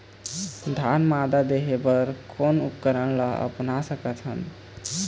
धान मादा देहे बर कोन उपकरण ला अपना सकथन?